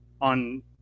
on